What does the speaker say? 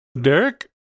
Derek